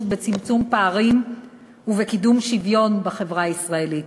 בצמצום פערים ובקידום שוויון בחברה הישראלית.